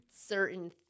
certain